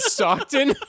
Stockton